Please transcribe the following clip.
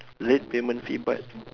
late payment fee but